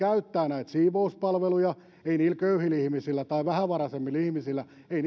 käyttävät näitä siivouspalveluja ei niillä köyhillä ihmisillä tai vähävaraisemmilla ihmisillä